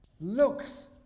looks